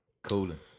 Cooling